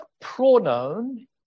pronoun